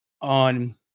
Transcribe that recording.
on